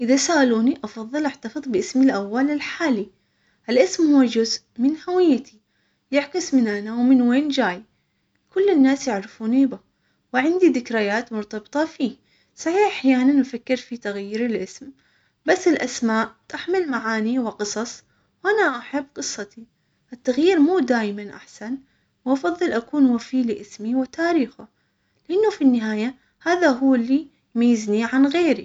اذا سألوني افضل احتفظ باسمي الاول الحالي. الاسم موجود من هويتي. يعكس من انا ومن وين جاي? كل الناس يعرفوني به. وعندي ذكريات مرتبطة فيه. فهي احيانا نفكر في تغيير الاسم بس الاسماء تحمل معاني وقصص و أنا احب قصتي التغيير مو دايما احسن وافظل اكون وفي لاسمي وتاريخه لانه في النهاية هذا هو اللي يميزني عن غيري.